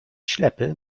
ślepy